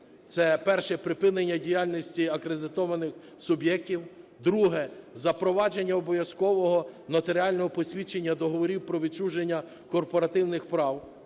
Перше. Припинення діяльності акредитованих суб'єктів. Друге. Запровадження обов'язкового нотаріального посвідчення договорів про відчуження корпоративних прав.